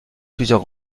plusieurs